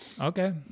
Okay